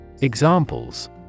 Examples